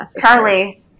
Charlie